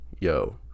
yo